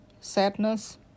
sadness